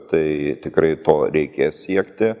tai tikrai to reikės siekti